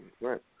Right